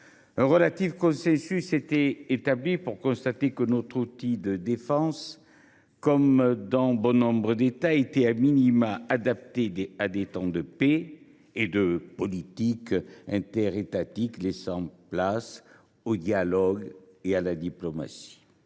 Un relatif consensus s’était établi pour constater que notre outil de défense, comme dans bon nombre d’États, était adapté à des temps de paix et de politiques interétatiques laissant place au dialogue et à la diplomatie.